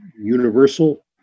universal